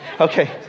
Okay